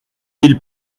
ils